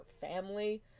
family